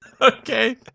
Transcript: Okay